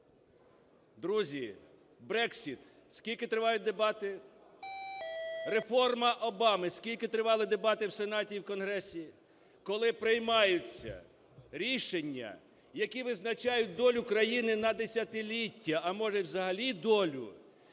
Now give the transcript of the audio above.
Друзі, Brexit – скільки тривають дебати? Реформа Обами – скільки тривали дебати в Сенаті і в Конгресі? Коли приймаються рішення, які визначають долю країни на десятиліття, а, може, і взагалі долю,